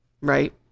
Right